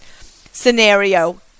scenario